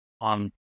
on